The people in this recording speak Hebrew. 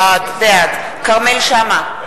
בעד כרמל שאמה,